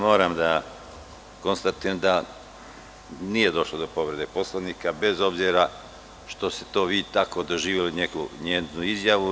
Moram da konstatujem da nije došlo do povrede Poslovnika, bez obzira što ste vi tako doživeli njenu izjavu.